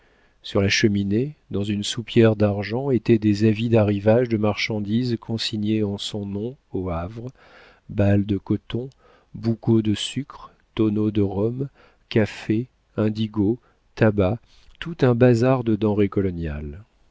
sur la cheminée dans une soupière d'argent étaient des avis d'arrivage de marchandises consignées en son nom au havre balles de coton boucauts de sucre tonneaux de rhum cafés indigos tabacs tout un bazar de denrées coloniales